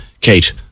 Kate